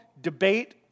debate